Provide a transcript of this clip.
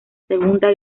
segunda